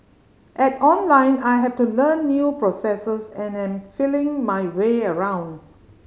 at Online I have to learn new processes and am feeling my way around